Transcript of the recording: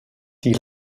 die